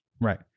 Right